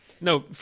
No